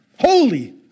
holy